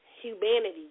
humanity